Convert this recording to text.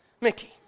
Mickey